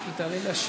היא תעלה להשיב.